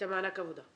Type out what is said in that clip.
מענק העבודה.